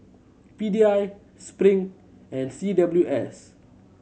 P D I Spring and C W S